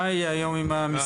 מה יהיה היום עם המשרדים?